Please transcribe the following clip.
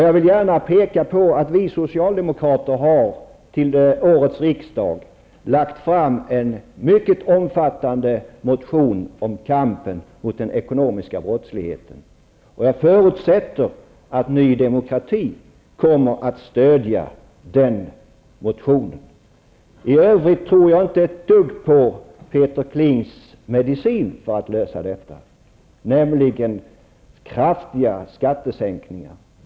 Jag vill gärna peka på att vi socialdemokrater till årets riksdag har lagt fram en mycket omfattande motion om kampen mot den ekonomiska brottsligheten. Jag förutsätter att Ny Demokrati kommer att stödja den motionen. I övrigt tror jag inte ett dugg på Peter Klings medicin för att lösa detta, nämligen kraftiga skattesänkningar.